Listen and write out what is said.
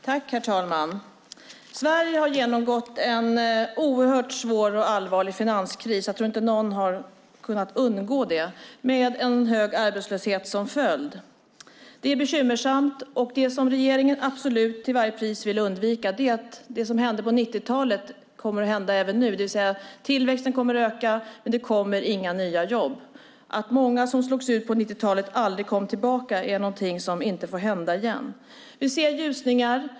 Herr talman! Sverige har genomgått en oerhört svår och allvarlig finanskris - jag tror inte att det har undgått någon - med en hög arbetslöshet som följd. Det är bekymmersamt, och det som regeringen till varje pris vill undvika är att det som hände på 90-talet händer även nu, det vill säga att tillväxten kommer att öka men att det inte kommer några nya jobb. Att många som slogs ut på 90-talet aldrig kom tillbaka är någonting som inte får hända igen. Vi ser ljusningar.